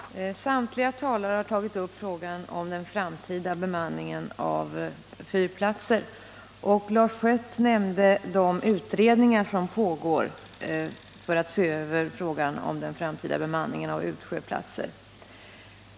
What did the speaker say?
Herr talman! Samtliga talare har tagit upp frågan om den framtida bemanningen av fyrplatser. Lars Schött nämnde de utredningar som pågår för att se över frågan om den framtida bemanningen av utsjöplatser.